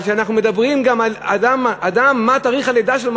אבל כשאנחנו שואלים אדם מה תאריך הלידה שלו,